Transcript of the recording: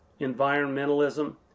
environmentalism